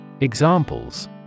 Examples